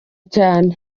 cyane